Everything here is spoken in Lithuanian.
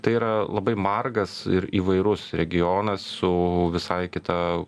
tai yra labai margas ir įvairus regionas su visai kita